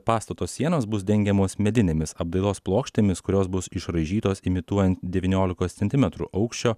pastato sienos bus dengiamos medinėmis apdailos plokštėmis kurios bus išraižytos imituojant devyniolikos centimetrų aukščio